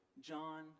John